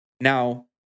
Now